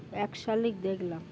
এক শালিক দেখলাম